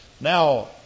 Now